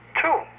two